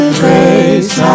grace